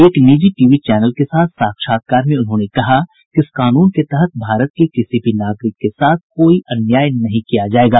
एक निजी TV channel के साथ साक्षात्कार में उन्होंने कहा कि इस कानून के तहत भारत के किसी भी नागरिक के साथ कोई अन्याय नहीं किया जाएगा